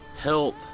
help